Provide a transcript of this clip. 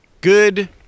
Good